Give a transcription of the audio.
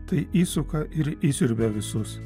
tai įsuka ir įsiurbia visus